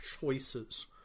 choices